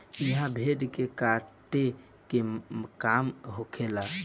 इहा भेड़ के काटे के काम होखेला